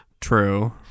True